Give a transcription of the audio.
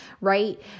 right